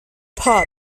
pups